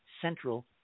Central